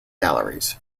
galleries